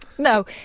No